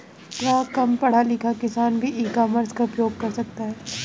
क्या कम पढ़ा लिखा किसान भी ई कॉमर्स का उपयोग कर सकता है?